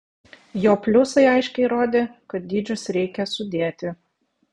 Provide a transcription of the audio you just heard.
jo pliusai aiškiai rodė kad dydžius reikia sudėti